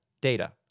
Data